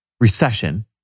recession